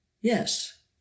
Yes